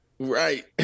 Right